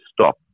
stop